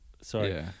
sorry